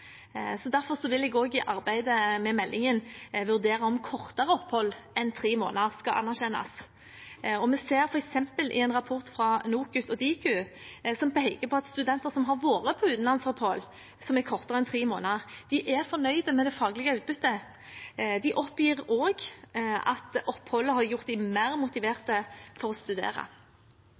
Så er det selvfølgelig slik at i noen studieprogrammer viser det seg å være vanskelig å få til studieopphold med en varighet på minst tre måneder. Derfor vil jeg også i arbeidet med meldingen vurdere om kortere opphold enn tre måneder skal anerkjennes. Vi har f.eks. en rapport fra NOKUT og Diku som peker på at studenter som har vært på utenlandsopphold som er kortere enn tre måneder, er fornøyd med det faglige utbyttet. De oppgir